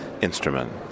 instrument